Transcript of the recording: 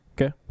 Okay